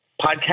podcast